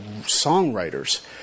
songwriters